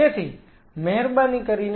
તેથી મહેરબાની કરીને